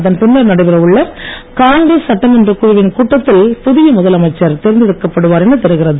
அதன்பின்னர் நடைபெற உள்ள காங்கிரஸ் சட்டமன்றக் குழுவின் கூட்டத்தில் புதிய முதலமைச்சர் தேர்ந்தெடுக்கப் படுவார் எனத் தெரிகிறது